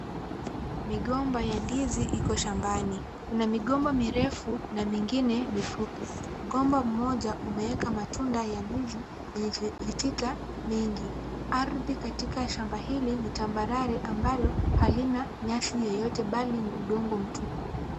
Migomba ya ndizi iko shambani. Kuna migomba mirefu na mingine mifupi. Mgomba mmoja umeweka matunda ya ndizi yenye vitita mingi. Ardhi katika shamba hili ni tambarare ambalo haina nyasi yoyote bali ni udongo mtupu.